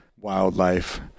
wildlife